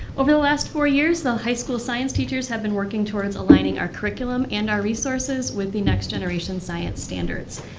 over the last four years the high school science teachers have been working towards aligning our curriculum and resources with the next generation science standards.